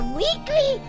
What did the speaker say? weekly